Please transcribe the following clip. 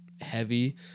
heavy